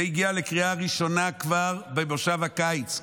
זה הגיע לקריאה הראשונה כבר במושב הקיץ,